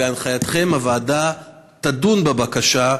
בהנחייתכם הוועדה תדון בבקשה,